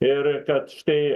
ir kad štai